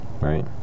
Right